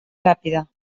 ràpida